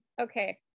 Okay